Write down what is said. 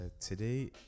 today